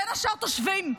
בין השאר תושבים,